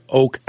oak